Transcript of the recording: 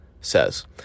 says